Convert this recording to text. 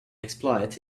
exploit